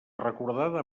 recordada